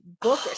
book